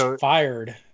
fired